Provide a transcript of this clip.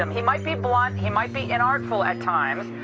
um he might be blunt, he might be inartful at times,